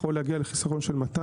יכול להגיע לחיסכון של 200,